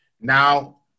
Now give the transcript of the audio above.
Now